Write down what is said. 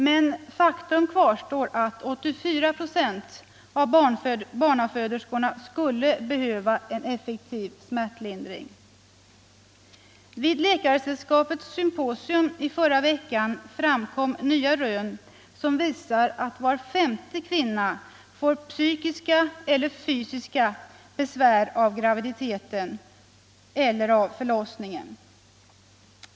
Men faktum kvarstår att 84 procent av barnaföderskorna skulle behöva effektiv smärtlindring. Vid Läkaresällskapets symposium i förra veckan framkom nya rön som visar att var femte kvinna får psykiska eller fysiska besvär av graviditeten eller av förlossningen.